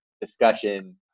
discussion